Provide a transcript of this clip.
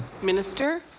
minister.